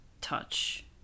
touch